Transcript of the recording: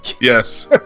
Yes